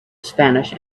spanish